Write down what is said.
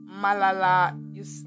Malala